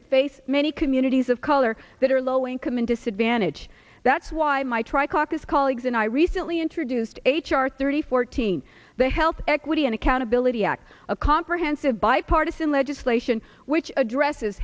that face many communities of color that are low income and disadvantage that's why my tri caucus colleagues and i recently introduced h r thirty fourteen the health equity and accountability act a comprehensive bipartisan legislation which addresses